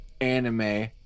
anime